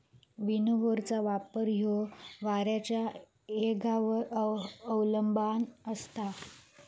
विनोव्हरचो वापर ह्यो वाऱ्याच्या येगावर अवलंबान असता